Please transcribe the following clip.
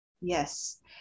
Yes